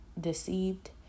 deceived